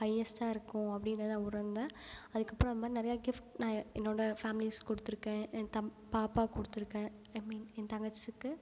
ஹையஸ்ட்டாக இருக்கும் அப்படினு தான் உணர்ந்தேன் அதுக்கப்பறோம் அது மாதிரி நிறைய கிஃப்ட் நான் என்னோட ஃபேமிலிஸ்க்கு கொடுத்துருக்கேன் என் தம் பாப்பாவுக்கு கொடுத்துருக்கேன் ஐ மீன் என் தங்கச்சிக்கு